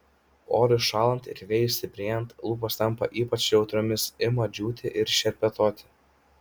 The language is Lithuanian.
orui šąlant ir vėjui stiprėjant lūpos tampa ypač jautriomis ima džiūti ir šerpetoti